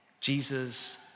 Jesus